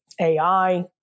AI